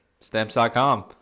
Stamps.com